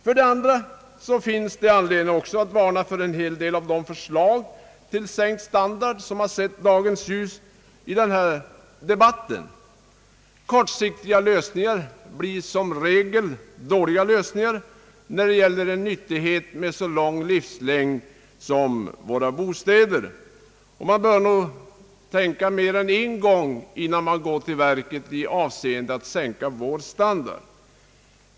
För det andra finns det anledning att varna för en hel del av de förslag till sänkt standard som har sett dagens ljus i denna debatt. Kortsiktiga lösningar blir som regel dåliga lösningar när det gäller en nyttighet med så lång livslängd som våra bostäder. Man bör nog tänka sig för mer än en gång, innan man går till verket i avsikt att sänka vår bostadsstandard.